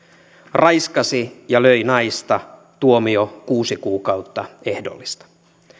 raiskasi ja löi naista tuomio kuusi kuukautta ehdollista